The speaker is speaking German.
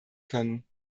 können